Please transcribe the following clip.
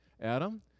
Adam